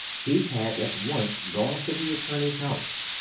he had at once gone to the attorney's house.